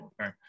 Okay